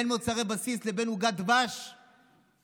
בין מוצרי בסיס לבין עוגת דבש פשוטה?